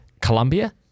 Colombia